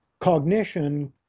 Cognition